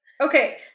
Okay